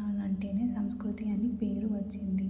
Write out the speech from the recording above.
తెలంగాణ అంటేనే సంస్కృతి అని పేరు వచ్చింది